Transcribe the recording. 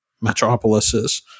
metropolises